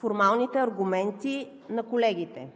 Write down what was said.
формалните аргументи на колегите.